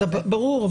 ברור,